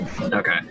Okay